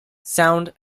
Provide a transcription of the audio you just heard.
sound